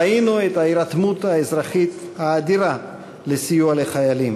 ראינו את ההירתמות האזרחית האדירה לסיוע לחיילים,